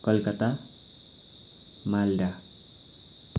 Calcutta Malda